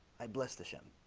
i blessed the shim